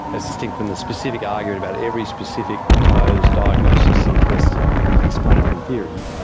as distinct from the specific argument about every specific proposed diagnosis and test and explanatory theory,